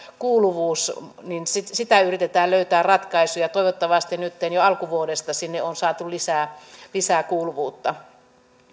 kuuluvuus niin siihen yritetään löytää ratkaisuja toivottavasti nytten jo alkuvuodesta sinne on saatu lisää lisää kuuluvuutta